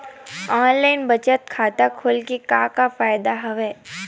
online बचत खाता खोले के का का फ़ायदा हवय